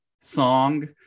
song